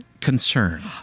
concern